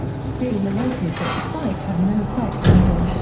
speer related that the sight had no effect on him,